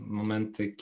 momenty